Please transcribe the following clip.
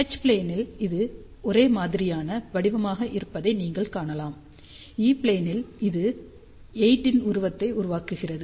H ப்ளேனில் இது ஒரே மாதிரியான வடிவமாக இருப்பதை நீங்கள் காணலாம் ஈ ப்ளேனில் இது 8 இன் உருவத்தை உருவாக்குகிறது